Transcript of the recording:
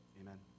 amen